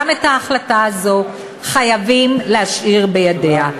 גם את ההחלטה הזאת חייבים להשאיר בידיה.